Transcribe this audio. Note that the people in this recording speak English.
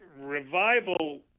revival